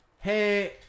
hey